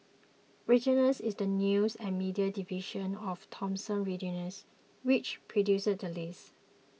Reuters is the news and media division of Thomson Reuters which produced the list